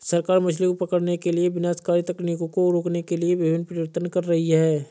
सरकार मछली पकड़ने की विनाशकारी तकनीकों को रोकने के लिए विभिन्न प्रयत्न कर रही है